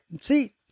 See